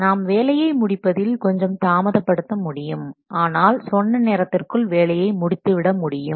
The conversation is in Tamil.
நாம் வேலையை முடிப்பதில் கொஞ்சம் தாமதப்படுத்த முடியும் ஆனால் சொன்ன நேரத்திற்குள் வேலையை முடித்து விட முடியும்